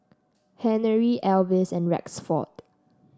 Henery Alvis and Rexford